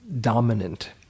dominant